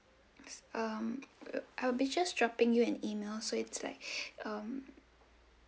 um I'll be just dropping you an email so it's like um